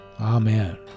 Amen